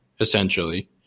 essentially –